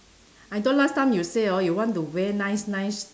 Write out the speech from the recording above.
I thought last time you say hor you want to wear nice nice